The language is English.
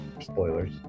spoilers